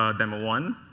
ah demo one.